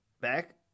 back